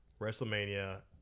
WrestleMania